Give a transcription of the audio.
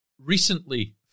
Recently